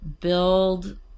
build